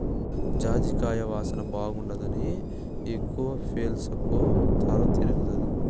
జాజికాయ వాసన బాగుండాదని ఎక్కవ పీల్సకు తల తిరగతాది